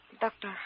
Doctor